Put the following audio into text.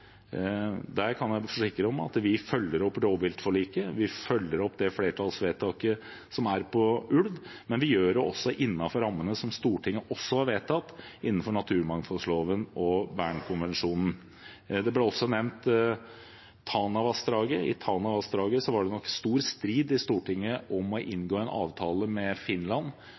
flertallsvedtaket som er gjort om ulv. Men vi gjør det også innenfor rammene som Stortinget har vedtatt i forbindelse med naturmangfoldloven og Bernkonvensjonen. Tana-vassdraget ble også nevnt. Det var nok stor strid i Stortinget om å inngå en avtale med Finland